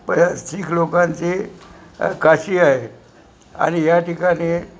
बऱ्याच शीख लोकांचे काशी आहे आणि या ठिकाणी